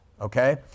Okay